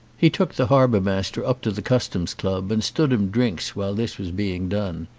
he took the harbour master up to the customs' club and stood him drinks while this was being done.